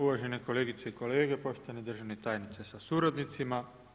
Uvažene kolegice i kolege, poštovani državni tajniče sa suradnicima.